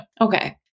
Okay